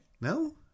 No